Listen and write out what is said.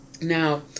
Now